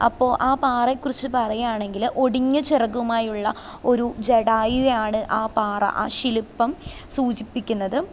അപ്പോള് ആ പാറയെക്കുറിച്ച് പറയാണെങ്കില് ഒടിഞ്ഞ ചിറകുമായുള്ള ഒരു ജടായുവെ ആണ് ആ പാറ ആ ശില്പം സൂചിപ്പിക്കുന്നത്